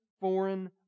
foreign